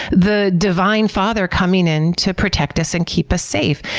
the divine father coming in to protect us and keep us safe.